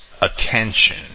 attention